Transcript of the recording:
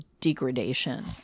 degradation